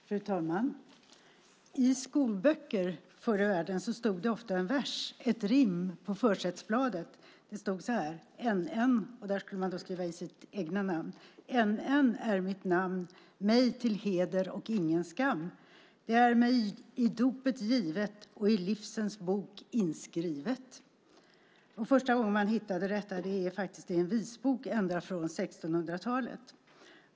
Fru talman! I skolböcker från förr i världen fanns det ofta ett rim, på försättsbladet. Det stod så här: N.N. - där skulle man skriva sitt eget namn - är mitt namn, mig till heder och ingen skam. Det är mig i dopet givet och i livsens bok inskrivet. Första gången man hittade detta var i en visbok som är från så långt tillbaka som 1600-talet.